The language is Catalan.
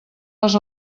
les